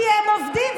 כי הם עובדים,